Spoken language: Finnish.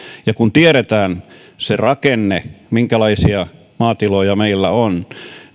ja kun tiedetään se rakenne minkälaisia maatiloja meillä on